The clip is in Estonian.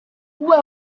uue